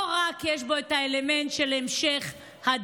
רק כי יש בו את האלמנט של המשך הדור,